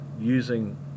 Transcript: using